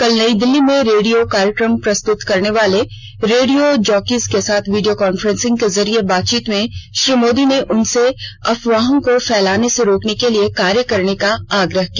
कल नई दिल्ली में रेडियो कार्यक्रम प्रस्तुत करने वाले रेडियो जॉकीज के साथ वीडियो काफ्रेंसिंग के जरिये बातचीत में श्री मोदी ने उनसे अफवाहों को फैलने से रोकने के लिए कार्य करने का आग्रह किया